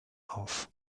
auf